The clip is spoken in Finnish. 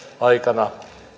aikana